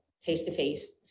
face-to-face